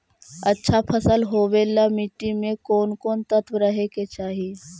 अच्छा फसल होबे ल मट्टी में कोन कोन तत्त्व रहे के चाही?